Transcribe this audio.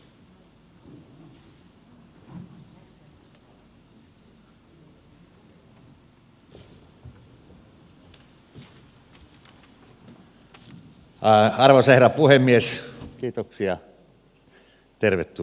arvoisa herra puhemies